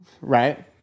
right